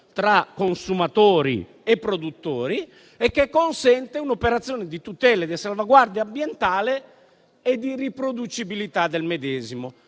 tra consumatori e produttori che consente un'operazione di tutela e di salvaguardia ambientale e di riproducibilità del medesimo.